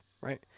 right